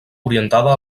orientada